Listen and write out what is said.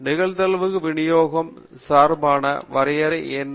எனவே நிகழ்தகவு விநியோகம் சார்பான வரையறை என்ன